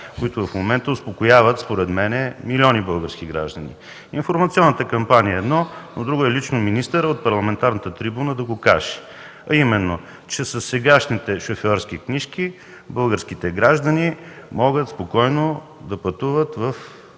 които в момента успокояват според мен милиони български граждани. Информационната кампания е едно, но друго е лично министърът от парламентарната трибуна да го каже, а именно, че със сегашните шофьорски книжки българските граждани могат спокойно да пътуват в